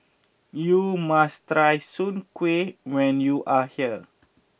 you must try Soon Kueh when you are here